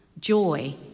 joy